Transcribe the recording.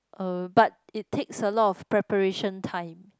uh but it takes a lot of preparation time